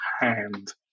hand